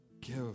give